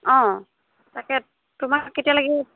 অঁ তাকে তোমাক কেতিয়া লাগে